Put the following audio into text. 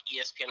ESPN